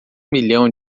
milhão